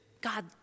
God